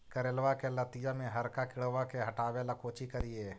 करेलबा के लतिया में हरका किड़बा के हटाबेला कोची करिए?